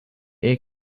air